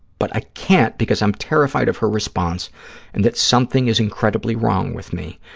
but i can't because i'm terrified of her response and that something is incredibly wrong with me.